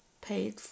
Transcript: paid